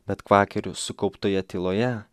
bet kvakerių sukauptoje tyloje